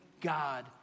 God